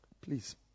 Please